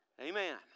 Amen